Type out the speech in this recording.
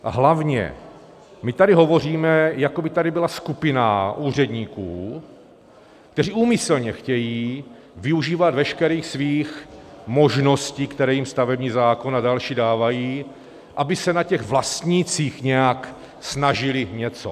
A hlavně, my tady hovoříme, jako by tady byla skupina úředníků, kteří úmyslně chtějí využívat veškerých svých možností, které jim stavební zákon a další dávají, aby se na těch vlastnících nějak snažili něco.